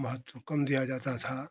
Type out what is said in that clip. महत्त्व कम दिया जाता था